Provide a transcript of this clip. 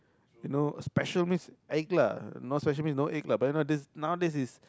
you know special means egg lah no special means no egg lah but then you know nowadays but nowadays is